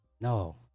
No